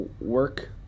work –